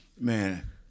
Man